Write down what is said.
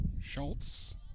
Schultz